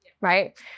right